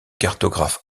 cartographe